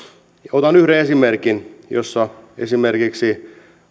otan yhden esimerkin jossa esimerkiksi